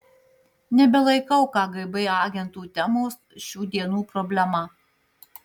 nebelaikau kgb agentų temos šių dienų problema